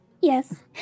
Yes